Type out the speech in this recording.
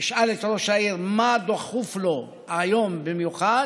אשאל את ראש העיר מה דחוף לו היום במיוחד,